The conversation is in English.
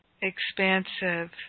expansive